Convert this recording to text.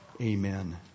Amen